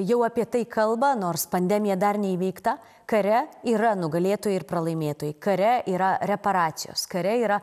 jau apie tai kalba nors pandemija dar neįveikta kare yra nugalėtojai ir pralaimėtojai kare yra reparacijos kare yra